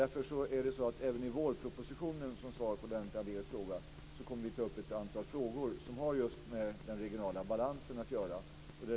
Därför kommer vi även i vårpropositionen, för att svara på Lennart Daléus fråga, att ta upp ett antal frågor som har just med den regionala balansen att göra.